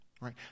Right